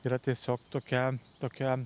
yra tiesiog tokia tokia